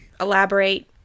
Elaborate